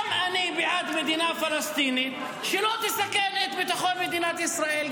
גם אני בעד מדינה פלסטינית שלא תסכן את ביטחון מדינת ישראל.